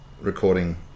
recording